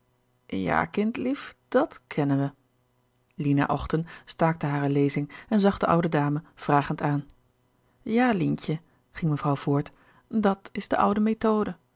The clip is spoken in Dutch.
ja kind lief dat kennen we lina ochten staakte hare lezing en zag de oude dame vragend aan ja lientje ging mevrouw voort dat is de oude methode